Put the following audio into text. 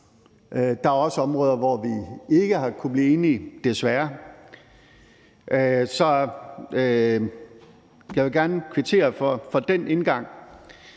Der er også områder, hvor vi ikke har kunnet blive enige – desværre. Så jeg vil gerne kvittere for den tilgang.